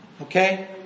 Okay